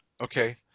okay